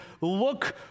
look